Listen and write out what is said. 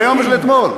של היום ושל אתמול.